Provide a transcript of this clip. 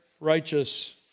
righteous